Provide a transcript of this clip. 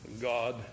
God